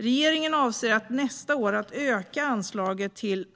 Regeringen avser att nästa år öka anslaget till